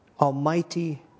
almighty